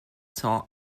cents